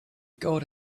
god